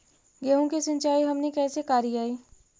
गेहूं के सिंचाई हमनि कैसे कारियय?